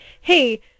hey